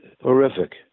horrific